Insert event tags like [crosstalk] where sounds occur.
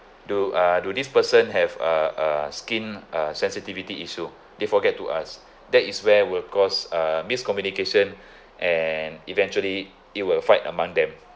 do uh do this person have a a skin uh sensitivity issue they forget to ask that is where will cause a miscommunication [breath] and eventually it will fight among them